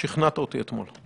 שכנעת אותי אתמול.